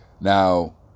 now